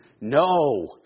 No